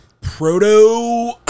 Proto